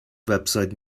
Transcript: website